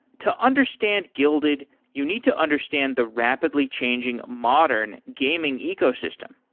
to understand guilded, you need to understand the rapidly changing modern gaming ecosystem.